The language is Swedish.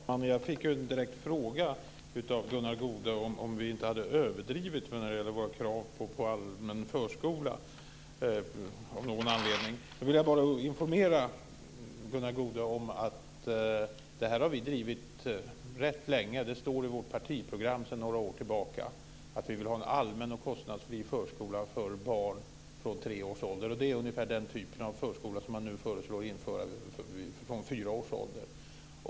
Fru talman! Jag fick en direkt fråga av Gunnar Goude om vi inte hade överdrivit när det gäller våra krav på en allmän förskola. Jag vill bara informera Gunnar Goude om att vi har drivit detta ganska länge. Det står i vårt partiprogram sedan några år tillbaka att vi vill ha en allmän och kostnadsfri förskola för barn från tre års ålder. Det är ungefär den typen av förskola som man nu föreslår ska införas från fyra års ålder.